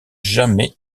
jamais